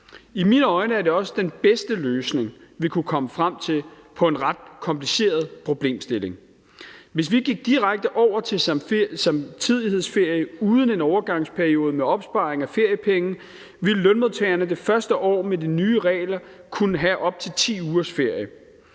I mine øjne er det også den bedste løsning, vi kunne komme frem til, på en ret kompliceret problemstilling. Hvis vi gik direkte over til samtidighedsferie uden en overgangsperiode med opsparing af feriepenge, ville lønmodtagere det første år med de nye regler kunne have op til 10 ugers ferie.